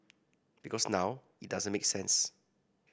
because now it doesn't make sense